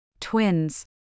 Twins